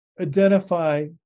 identify